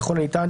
ככל הניתן,